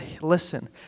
listen